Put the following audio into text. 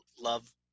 love